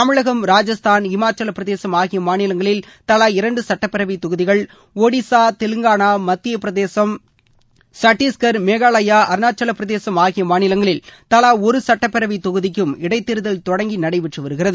தமிழகம் ராஜஸ்தான் ஹிமாச்சலப்பிரதேசம் ஆகிய மாநிலங்களில் தலா இரண்டு சுட்டப்பேரவை தொகுதிகள் ஒடிசா தெலங்கானா மத்திய பிரதேசம் சத்தீஸ்கர் மேகாலயா அருணாச்சலப் பிரதேசம் ஆகிய மாநிலங்களில் தலா ஒரு சட்டப்பேரவை தொகுதிக்கும் இடைத் தேர்தல் தொடங்கி நடைபெற்று வருகிறது